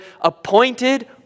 appointed